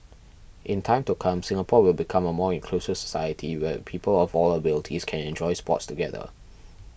in time to come Singapore will become a more inclusive society where people of all abilities can enjoy sports together